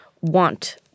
want